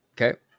Okay